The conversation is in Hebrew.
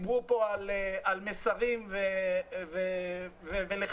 דיברו פה על מסרים ועל לחצים.